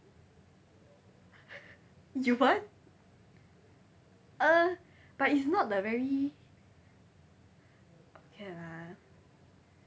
you what uh but it's not the very okay lah